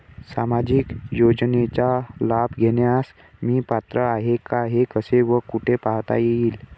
सामाजिक योजनेचा लाभ घेण्यास मी पात्र आहे का हे कसे व कुठे पाहता येईल?